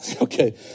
Okay